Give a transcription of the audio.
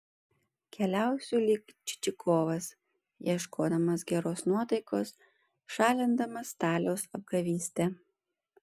keliausiu lyg čičikovas ieškodamas geros nuotaikos šalindamas staliaus apgavystę